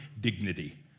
dignity